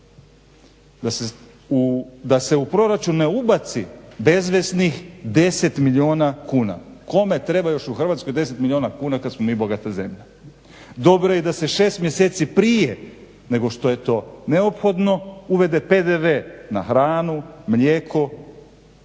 da se u proračun ne ubaci bezveznih 10 milijuna kuna. Kome treba još u Hrvatskoj 10 milijuna kad smo mi bogata zemlja. Dobro je da se 6 mjeseci prije nego što je to neophodno uvede PDV na hranu, mlijeko,